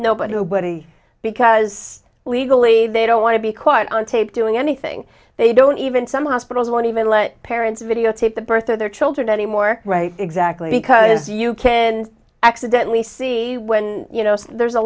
nobody nobody because legally they don't want to be quite on tape doing anything they don't even some hospitals won't even let parents videotape the birth of their children anymore right exactly because you can accidentally see when you know there's a